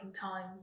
time